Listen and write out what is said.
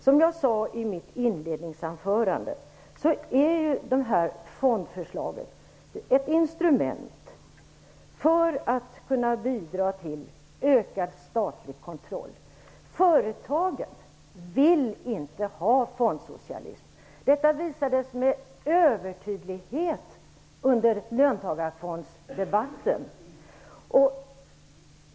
Som jag sade i mitt inledningsanförande är fondförslaget ett instrument som bidrar till ökad statlig kontroll. Företagen vill inte ha fondsocialism. Detta visades med övertydlighet under löntagarfondsdebatten.